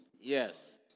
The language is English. Yes